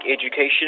Education